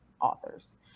authors